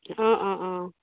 অঁ অঁ অঁ